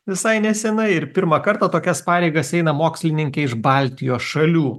visai nesenai ir pirmą kartą tokias pareigas eina mokslininkė iš baltijos šalių